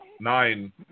nine